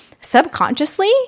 subconsciously